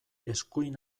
eskuin